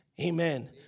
Amen